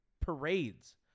parades